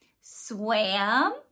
swam